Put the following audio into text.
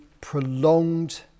prolonged